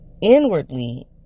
inwardly